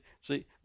see